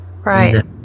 Right